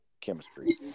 chemistry